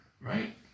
right